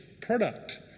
product